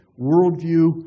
worldview